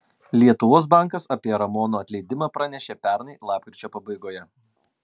lietuvos bankas apie ramono atleidimą pranešė pernai lapkričio pabaigoje